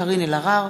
קארין אלהרר,